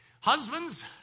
Husbands